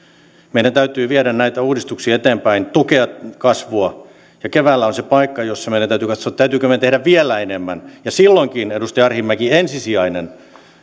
meidän täytyy viedä näitä uudistuksia eteenpäin tukea kasvua ja keväällä on se paikka jossa meidän täytyy katsoa täytyykö meidän tehdä vielä enemmän ja silloinkin edustaja arhinmäki ensisijaisia